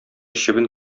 чебен